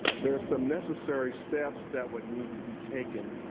there are some necessary steps that would need to be taken.